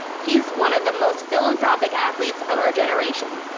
he is one of the most philanthropic athletes of our generation.